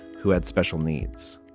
who had special needs.